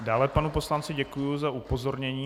Dále panu poslanci děkuji za upozornění.